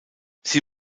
sie